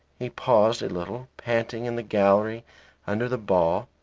he paused a little, panting in the gallery under the ball,